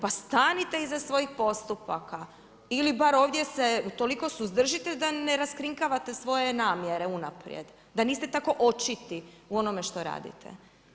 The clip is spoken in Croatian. Pa stanite iza svojih postupaka, ili bar ovdje se toliko suzdržite da ne raskrinkavate svoje namjere unaprijed, da niste tako očiti u onome što radite.